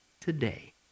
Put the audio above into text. today